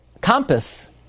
compass